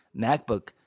MacBook